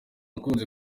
ukunze